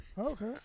Okay